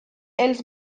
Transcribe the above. els